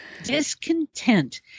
Discontent